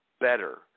better